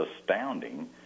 astounding